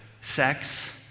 sex